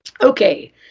Okay